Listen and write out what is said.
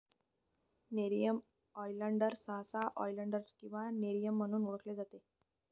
nerium oleander सहसा oleander किंवा nerium म्हणून ओळखले जाते